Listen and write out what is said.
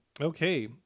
okay